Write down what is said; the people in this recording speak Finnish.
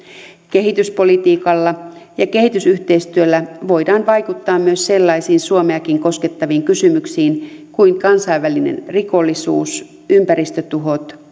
kehityspolitiikalla ja kehitysyhteistyöllä voidaan vaikuttaa myös sellaisiin suomeakin koskettaviin kysymyksiin kuin kansainvälinen rikollisuus ympäristötuhot